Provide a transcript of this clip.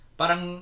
parang